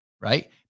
Right